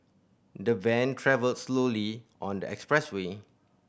the van travelled slowly on the expressway